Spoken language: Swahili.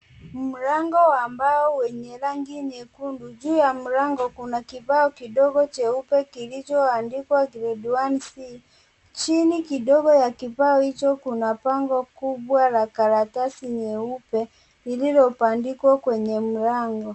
Mlango wa mbao wenye rangi nyekundu, Juu ya mlango kuna kibao kidogo cheupe kilicho andikwa grade 1C . Chini kidogo ya kibao hicho kuna bango kubwa ya karatasi nyeupe lilo bandikwa kwenye mlango.